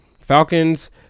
Falcons